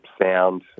sound